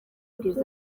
bwiza